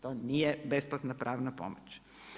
To nije besplatna pravna pomoć.